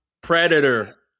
predator